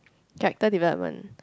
character development